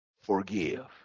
Forgive